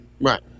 Right